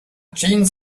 jeans